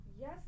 Yes